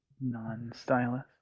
non-stylus